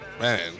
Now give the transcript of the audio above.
Man